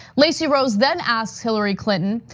lacy rose then asks hillary clinton,